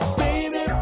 baby